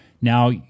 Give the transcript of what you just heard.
now